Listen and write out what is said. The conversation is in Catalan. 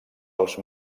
els